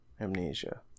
amnesia